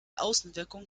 außenwirkung